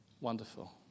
Wonderful